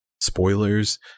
spoilers